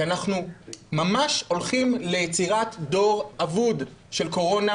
אנחנו ממש הולכים ליצירת דור אבוד של קורונה,